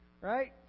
Right